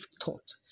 thought